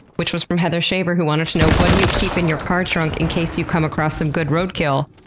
which was from heather shaver, who wanted to know what do you keep in your car trunk in case you come across some good roadkill?